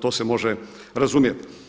to se može razumjeti.